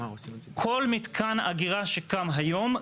כל מתקן אגירה שקם היום,